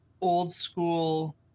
old-school